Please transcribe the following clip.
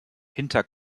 hinter